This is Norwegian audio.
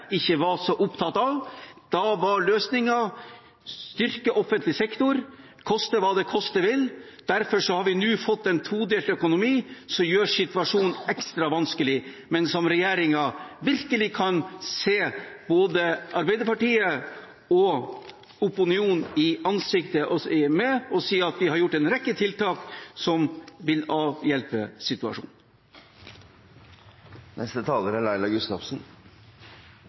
ikke var så opptatt av. Da var løsningen å styrke offentlig sektor, koste hva det koste ville. Derfor har vi nå fått en todelt økonomi som gjør situasjonen ekstra vanskelig, men regjeringen kan se både Arbeiderpartiet og opinionen i øynene og si at den har gjort en rekke tiltak som vil avhjelpe situasjonen. Representanten Elvenes har tydeligvis vært på strategikurs i Høyre, for strategien er